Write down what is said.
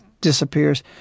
disappears